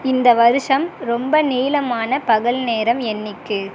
இந்த வருஷம் ரொம்ப நீளமான பகல் நேரம் என்றைக்கு